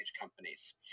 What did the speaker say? companies